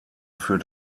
für